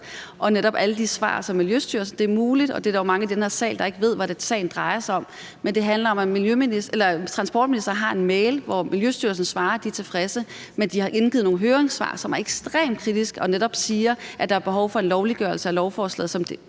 er netop alle de svar i forhold til Miljøstyrelsen. Der er jo mange i den her sal, der ikke ved, hvad sagen drejer sig om, men det handler om, at transportministeren har en mail, hvor Miljøstyrelsen svarer, at de er tilfredse, men de har indgivet nogle høringssvar, som er ekstremt kritiske og netop siger, at der er behov for en lovliggørelse af lovforslaget, som ikke